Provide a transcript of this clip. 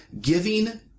giving